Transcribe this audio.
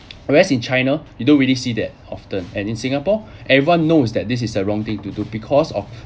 whereas in china you don't really see that often and in singapore everyone knows that this is the wrong thing to do because of